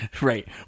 Right